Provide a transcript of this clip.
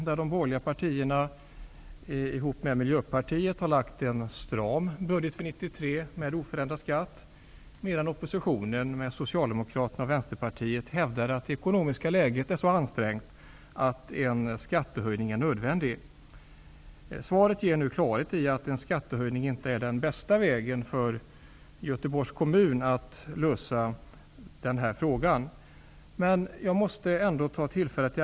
Detta föreslås också i partiernas budgetförslag för För att skapa klarhet i den lokala debatten i skattefrågan i Göteborg, vore det angeläget att snarast, mot bakgrund av de ekonomiska svårigheter kommunen befinner sig i, få höra finansministerns principiella bedömning om möjligheten till dispens från skattestoppet i kommunsektorn generellt och i Göteborg i synnerhet.